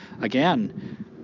Again